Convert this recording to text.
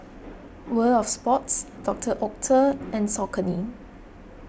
World of Sports Doctor Oetker and Saucony